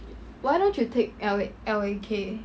why don't you take L_A_K